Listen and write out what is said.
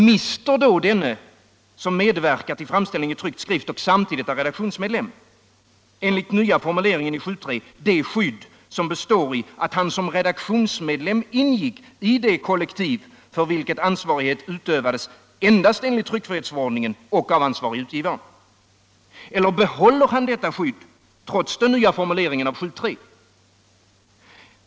Mister då denne, som medverkat till framställningen i tryckt skrift och samtidigt är redaktionsmedlem, enligt nya formuleringen av 7:3 det skydd som består i att han som redaktionsmedlem ingick i det kollektiv för vilket ansvarighet utövades endast enligt tryckfrihetsförordningen och av ansvarige utgivaren? Eller behåller han detta skydd trots den nya formuleringen av 7:3?